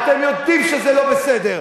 אתם יודעים שזה לא בסדר,